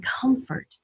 comfort